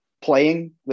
playing